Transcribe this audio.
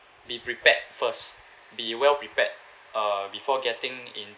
be prepared first be well prepared before getting into